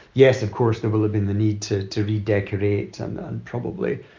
yes, of course, there will have been the need to to redecorate probably.